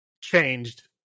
changed